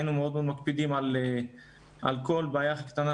הקפדנו מאוד על כל בעיה הכי קטנה,